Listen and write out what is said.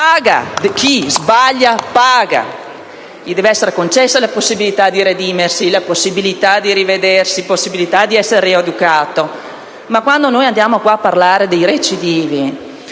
dal Gruppo LN-Aut)*. Deve essere concessa la possibilità di redimersi, la possibilità di rivedersi e la possibilità di essere rieducati, ma se noi andiamo a parlare dei recidivi